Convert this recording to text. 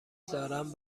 دارن